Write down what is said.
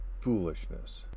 foolishness